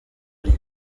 ari